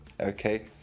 okay